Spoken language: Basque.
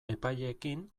epaileekin